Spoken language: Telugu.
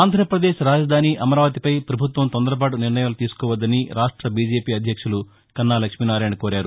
ఆంధ్రప్రదేశ్ రాజధాని అమరావతిపై పభుత్వం తొందరపాటు నిర్ణయాలు తీసుకోవద్దని రాష్ట బీజేపీ అధ్యక్షులు కన్నా లక్ష్మీనారాయణ కోరారు